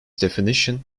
definition